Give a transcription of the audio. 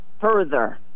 Further